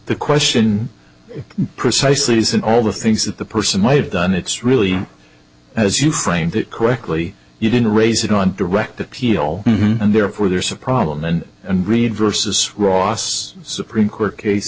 the question precisely is in all the things that the person might have done it's really as you framed it correctly you didn't raise it on direct appeal and therefore there's a problem then and read versus ross supreme court case